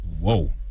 Whoa